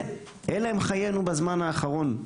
"אלה הם חיינו בזמן האחרון",